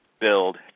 build